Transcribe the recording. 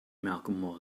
malcolm